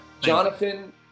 Jonathan